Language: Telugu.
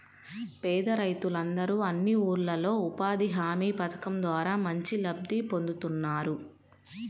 పేద రైతులందరూ అన్ని ఊర్లల్లో ఉపాధి హామీ పథకం ద్వారా మంచి లబ్ధి పొందుతున్నారు